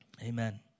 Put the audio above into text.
amen